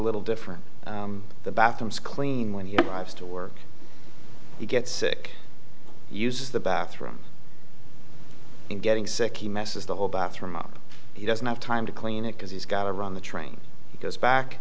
little different the bathrooms clean when he arrives to work you get sick use the bathroom and getting sick he messes the whole bathroom up he doesn't have time to clean it because he's got to run the train because back